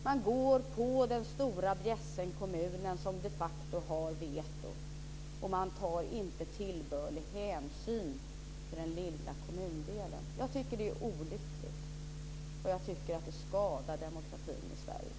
Man går på den stora bjässen kommunen som de facto har veto, och man tar inte tillbörlig hänsyn till den lilla kommundelen. Jag tycker att det är olyckligt, och jag tycker att det skadar demokratin i Sverige.